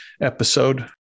episode